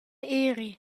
eri